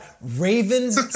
Ravens